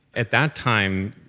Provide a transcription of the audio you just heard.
at that time,